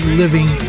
living